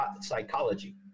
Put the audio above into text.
Psychology